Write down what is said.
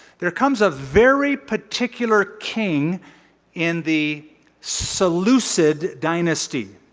there comes a very particular king in the seleucid dynasty.